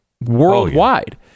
worldwide